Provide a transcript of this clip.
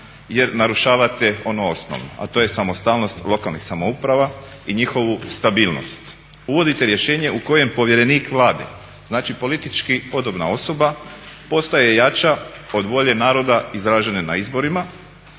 jer narušavate ono osnovno, a to je samostalnost lokalnih samouprava i njihovu stabilnost. Uvodite rješenje u kojem povjerenik Vlade znači politički podobna osoba postaje jača od volje naroda izražene na izborima,